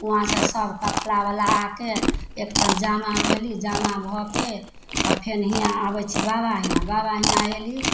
वहाँसे सभ कफलावला आके एकठाम जमा भेली जमा भऽके तब फेर हिआँ आबै छी बाबा हिआँ बाबा हिआँ अएली